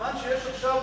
הזמן שיש עכשיו הוא